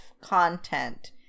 content